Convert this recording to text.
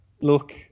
look